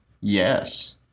Yes